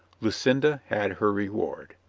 lucinda had her reward.